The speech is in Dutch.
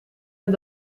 aan